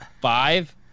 five